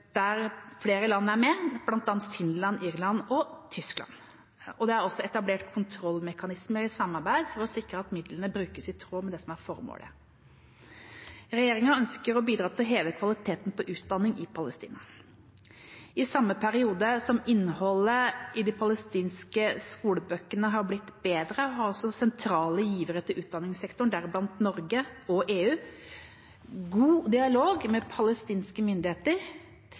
der flere land er med, bl.a. Finland, Irland og Tyskland, og det er også etablert kontrollmekanismer i samarbeid for å sikre at midlene brukes i tråd med det som er formålet. Regjeringa ønsker å bidra til å heve kvaliteten på utdanning i Palestina. I samme periode som innholdet i de palestinske skolebøkene har blitt bedre, har også sentrale givere til utdanningssektoren, deriblant Norge og EU, hatt god dialog med palestinske myndigheter.